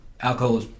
alcohol